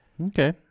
okay